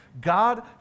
God